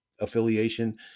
affiliation